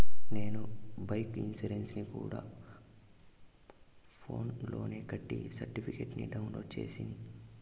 నేను బైకు ఇన్సూరెన్సుని గూడా ఫోన్స్ లోనే కట్టి సర్టిఫికేట్ ని డౌన్లోడు చేస్తిని